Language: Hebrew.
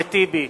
אחמד טיבי,